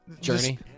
journey